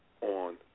On